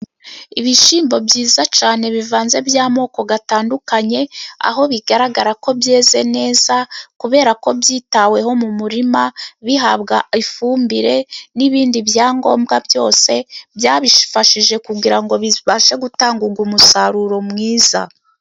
Ibishyimbo byiza cyane bivanze by'amoko gatandukanye, aho bigaragara ko byeze neza, kubera ko byitaweho mu murima, bihabwa ifumbire n'ibindi byangombwa byose, byabifashije kugira ngo bibashe, gutanga umusaruro mwiza.